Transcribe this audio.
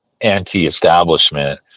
anti-establishment